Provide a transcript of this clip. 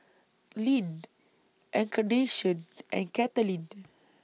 Glynn Encarnacion and Katelin